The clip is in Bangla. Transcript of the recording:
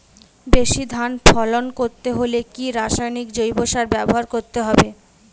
বেশি ধান ফলন করতে হলে কি রাসায়নিক জৈব সার ব্যবহার করতে হবে?